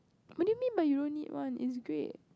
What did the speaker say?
what do you mean by you don't need one it's great